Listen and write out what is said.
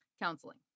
counseling